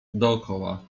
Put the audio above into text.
dokoła